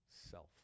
self